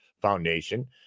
Foundation